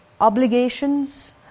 obligations